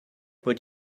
would